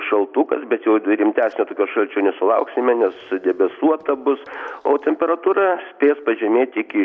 šaltukas bet jau rimtesnio tokio šalčio nesulauksime nes debesuota bus o temperatūra spės pažemėti iki